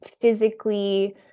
Physically